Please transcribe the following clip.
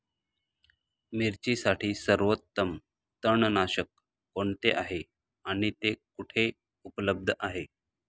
मिरचीसाठी सर्वोत्तम तणनाशक कोणते आहे आणि ते कुठे उपलब्ध आहे?